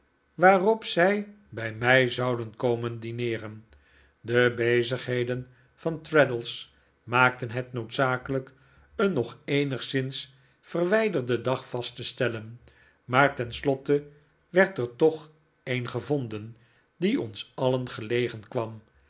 waarop zij bij mij zouden komen dineeren de bezigheden van traddles maakten het noodzakelijk een nog eenigszins verwijderdeii dag vast te tellen maar tenslotte werd er toch een gevonden die ons alien gelegen kwam